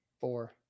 Four